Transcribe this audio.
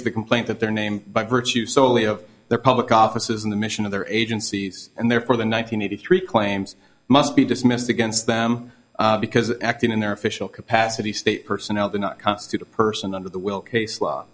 of the complaint that their name by virtue solely of their public offices in the mission of their agencies and therefore the nine hundred eighty three claims must be dismissed against them because acting in their official capacity state personnel do not constitute a person under the will case law